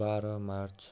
बाह्र मार्च